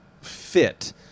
fit